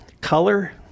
color